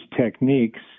techniques